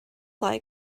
like